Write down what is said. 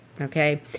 okay